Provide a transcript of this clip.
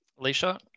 Alicia